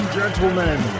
gentlemen